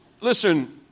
listen